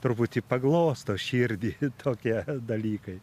truputį paglosto širdį tokie dalykai